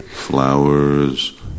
Flowers